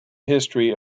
history